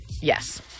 Yes